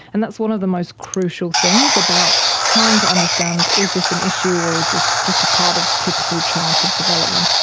and that's one of the most crucial things about trying to understand is this an issue or is this just a part of typical childhood development.